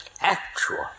actual